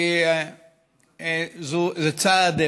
כי זה צעד,